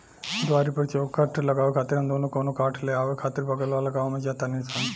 दुआरी पर चउखट लगावे खातिर हम दुनो कवनो काठ ले आवे खातिर बगल वाला गाँव में जा तानी सन